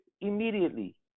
immediately